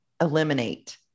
eliminate